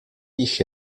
jih